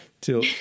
till